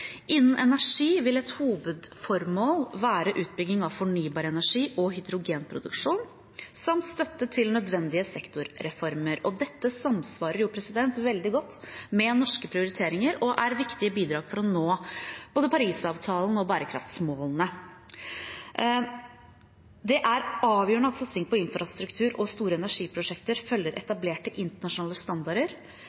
Innen energi vil et hovedformål være utbygging av fornybar energi og hydrogenproduksjon samt støtte til nødvendige sektorreformer. Dette samsvarer veldig godt med norske prioriteringer og er viktige bidrag for å nå både Parisavtalen og bærekraftsmålene. Det er avgjørende at satsing på infrastruktur og store energiprosjekter følger